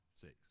six